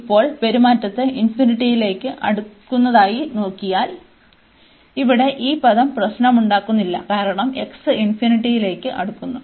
ഇപ്പോൾ പെരുമാറ്റത്തെ ലേക്ക് അടുക്കുന്നതായി നോക്കിയാൽ ഇവിടെ ഈ പദം പ്രശ്നമുണ്ടാക്കുന്നില്ല കാരണം x ∞ലേക്ക് അടുക്കുന്നു